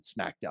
SmackDown